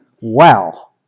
wow